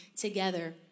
together